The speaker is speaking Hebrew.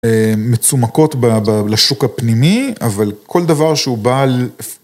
מצומקות לשוק הפנימי, אבל כל דבר שהוא בעל...